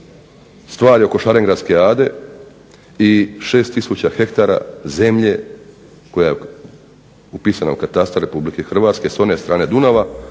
stvari oko šarengradske Ade i 6000 ha zemlje koja je upisana u katastar Republike Hrvatske s one strane Dunava